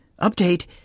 Update